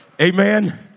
Amen